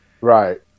Right